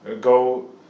go